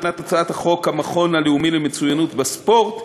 הצעת חוק המכון הלאומי למצוינות בספורט.